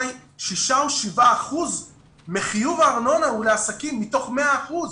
אולי שישה או שבעה אחוזים מחיוב הארנונה הוא לעסקים מתוך 100 אחוזים.